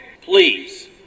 please